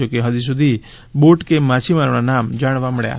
જોકે હજી સુધી બોટ કે માછીમારોના નામ જાણવા મળ્યા નથી